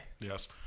Yes